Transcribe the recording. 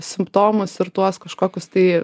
simptomus ir tuos kažkokius tai